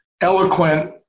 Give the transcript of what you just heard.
eloquent